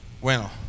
Bueno